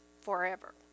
forever